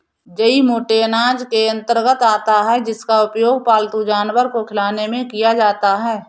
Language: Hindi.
जई मोटे अनाज के अंतर्गत आता है जिसका उपयोग पालतू जानवर को खिलाने में किया जाता है